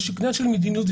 זה עניין של מדיניות,